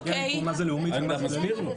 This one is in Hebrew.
הוא לא יודע לקרוא מה לאומית ומה זה כללית.